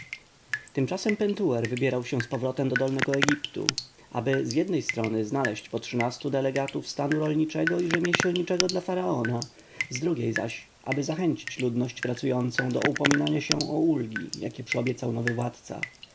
tymczasem pentuer wybierał się zpowrotem do dolnego egiptu aby z jednej strony znaleźć po trzynastu delegaci stanu rolniczego i rzemieślniczego dla faraona z drugiej zaś aby zachęcić ludność pracującą do upominania się o ulgi jakie przyobiecał nowy władca